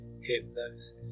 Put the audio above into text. hypnosis